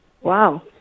Wow